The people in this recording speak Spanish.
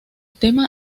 tema